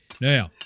Now